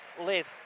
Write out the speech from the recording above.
live